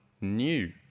new